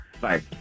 Bye